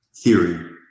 theory